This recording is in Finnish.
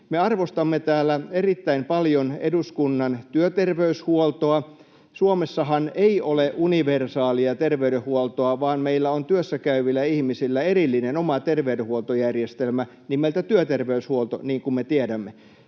Me arvostamme täällä erittäin paljon eduskunnan työterveyshuoltoa. Suomessahan ei ole universaalia terveydenhuoltoa, vaan meillä on työssä käyvillä ihmisillä erillinen oma terveydenhuoltojärjestelmä nimeltä työterveyshuolto, niin kuin me tiedämme.